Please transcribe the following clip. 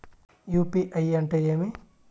UPI అంటే ఏమి?